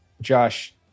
Josh